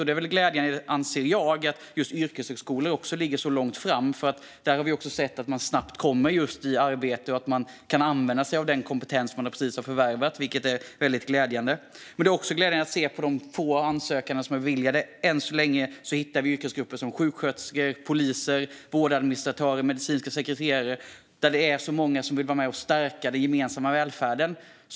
Det är glädjande att just yrkeshögskolor ligger så långt framme, för deras utbildningar leder till att man snabbt kommer i arbete och kan använda sig av den kompetens man precis har förvärvat. Det är också glädjande att man bland de än så länge få ansökningar som beviljats hittar yrkesgrupper som sjuksköterskor, poliser, vårdadministratörer och medicinska sekreterare. Det är många som vill vara med och stärka den gemensamma välfärden.